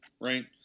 right